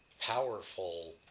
powerful